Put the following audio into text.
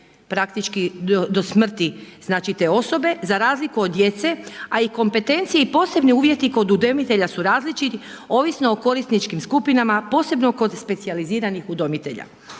praktički do smrti te osobe, za razliku od djece, a i kompetencije i posebne uvjeti kod udomitelja su različiti, ovisno o korisničkim skupinama, posebno kod specijaliziranih udomitelja.